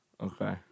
Okay